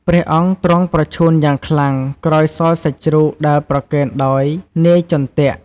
ព្រះអង្គទ្រង់ប្រឈួនយ៉ាងខ្លាំងក្រោយសោយសាច់ជ្រូកដែលប្រគេនដោយនាយចុន្ទៈ។